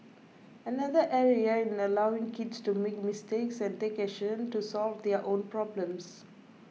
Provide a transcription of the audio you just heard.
another area is in allowing kids to make mistakes and take action to solve their own problems